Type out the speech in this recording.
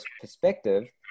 perspective